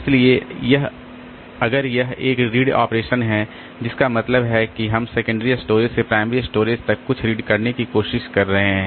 इसलिए अगर यह एक रीड ऑपरेशन है जिसका मतलब है कि हम सेकेंडरी स्टोरेज से प्राइमरी स्टोरेज तक कुछ रीड करने की कोशिश कर रहे हैं